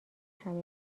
همه